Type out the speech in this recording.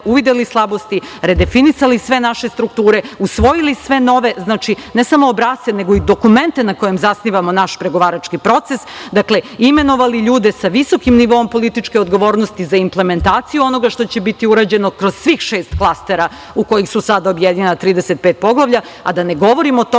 uvideli slabosti, redefinisali sve naše strukture, usvojili sve nove, ne samo obrasce nego i dokumente na kojima zasnivamo naš pregovarački proces, imenovali ljude sa visokim nivoom političke odgovornosti za implementaciju onoga što će biti urađeno kroz svih šest klastera u koje su sada objedinjena 35 poglavlja, a da ne govorim o